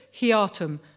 hiatum